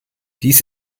dies